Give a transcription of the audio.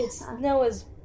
Noah's